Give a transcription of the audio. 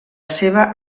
seva